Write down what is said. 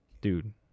Dude